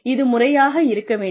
இது முறையாக இருக்க வேண்டும்